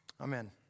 Amen